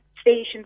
stations